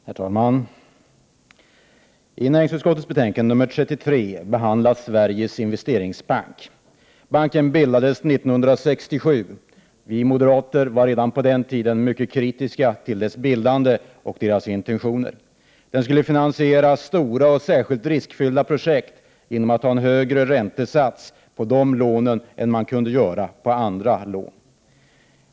Herr talman! I näringsutskottets betänkande 33 behandlas Sveriges Investeringsbank. Banken bildades 1967. Vi moderater var redan på den tiden mycket kritiska till dess bildande och intentioner. Den skulle kunna finansiera stora och särskilt riskfyllda projekt genom att ha en högre räntesats på de lånen än på andra lån.